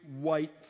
white